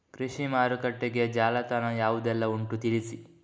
ಕೃಷಿ ಮಾರುಕಟ್ಟೆಗೆ ಜಾಲತಾಣ ಯಾವುದೆಲ್ಲ ಉಂಟು ತಿಳಿಸಿ